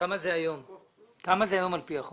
כמה זה היום על פי החוק?